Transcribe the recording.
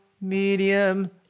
medium